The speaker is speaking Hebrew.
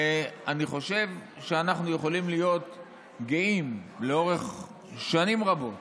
אני חושב שאנחנו יכולים להיות גאים לאורך שנים רבות